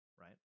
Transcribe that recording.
Right